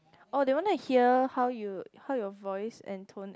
oh that one I hear how you how your voice and tone